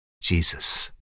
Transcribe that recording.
Jesus